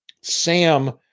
Sam